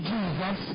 Jesus